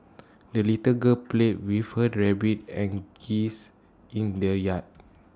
the little girl played with her rabbit and geese in the yard